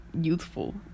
youthful